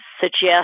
suggest